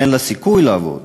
אין לה סיכוי לעבוד.